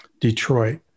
Detroit